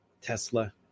Tesla